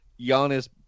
Giannis